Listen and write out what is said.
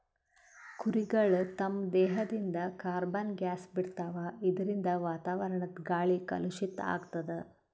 ಕುರಿಗಳ್ ತಮ್ಮ್ ದೇಹದಿಂದ್ ಕಾರ್ಬನ್ ಗ್ಯಾಸ್ ಬಿಡ್ತಾವ್ ಇದರಿಂದ ವಾತಾವರಣದ್ ಗಾಳಿ ಕಲುಷಿತ್ ಆಗ್ತದ್